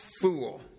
fool